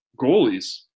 goalies